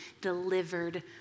delivered